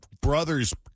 brother's